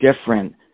different